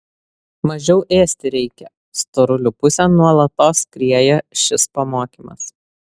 mažiau ėsti reikia storulių pusėn nuolatos skrieja šis pamokymas